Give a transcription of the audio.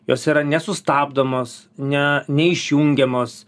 jos yra nesustabdomos ne neišjungiamos